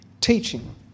teaching